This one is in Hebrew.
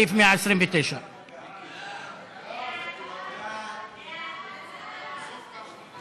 סעיף 129. תפסיק,